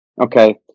okay